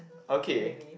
okay